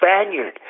Spaniard